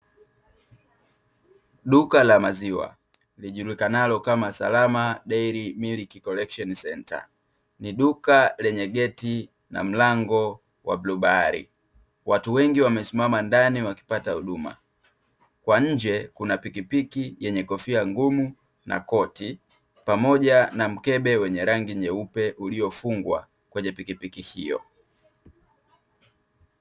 Duka la maziwa lijulikanalo kama Salama Diary milk Collection centre ni duka lenye geti na mlango wa bluu bahari. Watu wengi wame simama ndani wakipata huduma, kwa nje kuna pikipiki yenye kofia ngumu na koti pamoja na mkebe wenye rangi nyeupe uliofungwa kwenye pikipiki hiyo.